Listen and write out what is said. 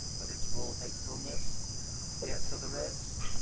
but its full hatefulness yet, for the rest,